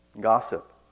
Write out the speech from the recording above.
gossip